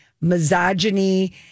misogyny